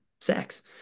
sex